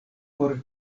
por